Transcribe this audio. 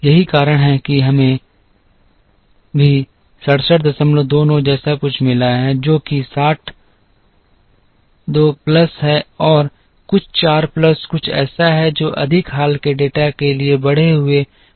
यही कारण है कि हमें भी 6729 जैसा कुछ मिला है जो कि साठ 2 प्लस है और कुछ चार प्लस कुछ ऐसा है जो अधिक हाल के डेटा के लिए बढ़े हुए वजन के कारण आया है